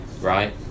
Right